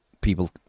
people